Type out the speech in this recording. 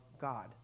God